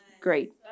great